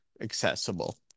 accessible